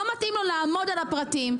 לא מתאים לו לעמוד על הפרטים,